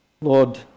Lord